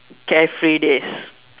carefree days